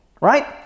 right